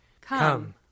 Come